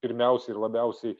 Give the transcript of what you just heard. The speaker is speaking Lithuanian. pirmiausiai labiausiai